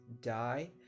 die